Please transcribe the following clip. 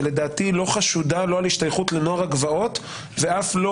שלדעתי לא חשודה בהשתייכות לנוער הגבעות ואף לא